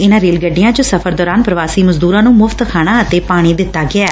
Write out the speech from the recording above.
ਇਨੂਾ ਰੇਲ ਗੱਡੀਆ ਚ ਸਫ਼ਰ ਦੌਰਾਨ ਪੁਵਾਸੀ ਮਜ਼ਦੁਰਾਂ ਨੂੰ ਮੁਫ਼ਤ ਖਾਣਾ ਅਤੇ ਪਾਣੀ ਦਿੱਤਾ ਜਾਂਦੈ